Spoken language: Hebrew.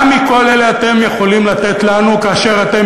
מה מכל אלה אתם יכולים לתת לנו כאשר אתם